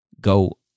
Go